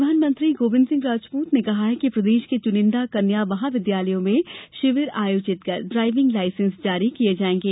परिवहन मंत्री गोविंद सिंह राजपूत ने कहा है कि प्रदेश के चुनिंदा कन्या महाविद्यालयों में शिविर आयोजित कर ड्रायविंग लायसेंस जारी किये जायेंगे